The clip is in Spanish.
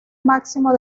máximo